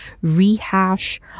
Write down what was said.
rehash